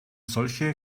solche